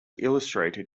illustrated